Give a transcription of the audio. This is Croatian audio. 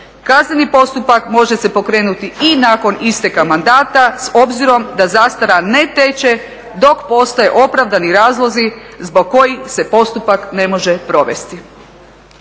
Kazneni postupak može se pokrenuti i nakon isteka mandata, s obzirom da zastara ne teče dok postoje opravdani razlozi zbog kojih se postupak ne može provesti.